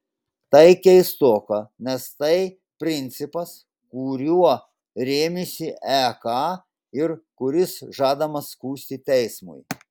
tai keistoka nes tai principas kuriuo rėmėsi ek ir kuris žadamas skųsti teismui